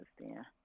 understand